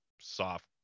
soft